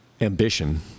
ambition